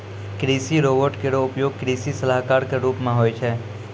कृषि रोबोट केरो उपयोग कृषि सलाहकार क रूप मे होय छै